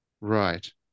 Right